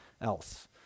else